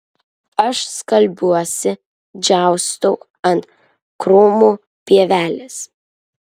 aš skalbiuosi džiaustau ant krūmų pievelės